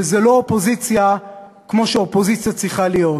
וזו לא אופוזיציה כמו שאופוזיציה צריכה להיות.